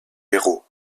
héros